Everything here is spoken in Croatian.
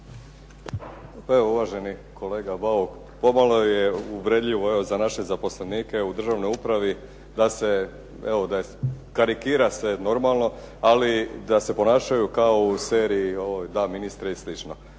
Pa evo uvaženi kolega Bauk pomalo je uvredljivo evo za naše zaposlenike u državnoj upravi da se karikira se normalno ali da se ponašaju kao u seriji ovoj "Da ministre" i